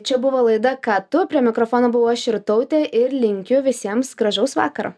čia buvo laida ką tu prie mikrofono buvau aš irtautė ir linkiu visiems gražaus vakaro